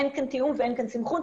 אין כאן תיאום ואין כאן סנכרון.